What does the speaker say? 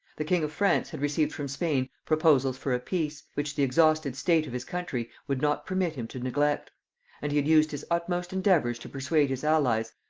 the king of france had received from spain proposals for a peace, which the exhausted state of his country would not permit him to neglect and he had used his utmost endeavours to persuade his allies,